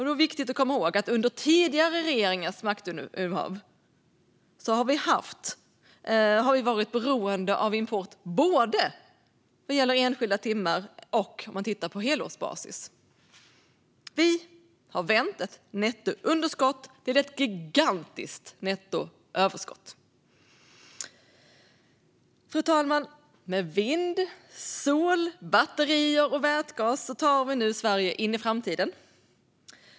Det är viktigt att komma ihåg att under tidigare regeringars maktinnehav har vi varit beroende av import vad gäller både enskilda timmar och om man tittar på helårsbasis. Vi har vänt ett nettounderskott till ett gigantiskt nettoöverskott. Fru talman! Med vind, sol, batterier och vätgas tar vi nu Sverige in i framtiden.